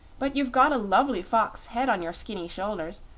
but you've got a lovely fox head on your skinny shoulders,